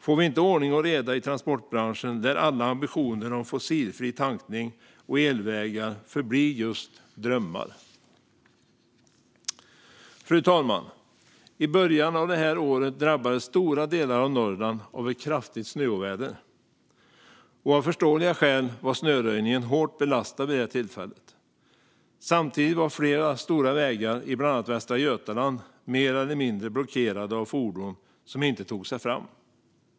Får vi inte ordning och reda i transportbranschen lär alla ambitioner om fossilfri tankning och elvägar förbli just drömmar. Fru talman! I början av det här året drabbades stora delar av Norrland av ett kraftigt snöoväder, och av förståeliga skäl var snöröjningen hårt belastad vid det tillfället. Samtidigt var flera stora vägar i bland annat Västra Götaland mer eller mindre blockerade av fordon som inte tog sig fram.